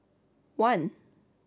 one